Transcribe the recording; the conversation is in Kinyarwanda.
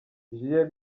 julien